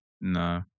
No